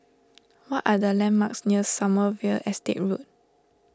what are the landmarks near Sommerville Estate Road